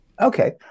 Okay